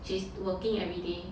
she's working everyday